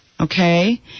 Okay